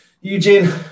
Eugene